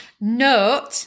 note